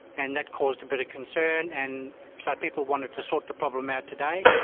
and that caused a bit of concern and so people wanted to sort the problem out today.